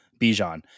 Bijan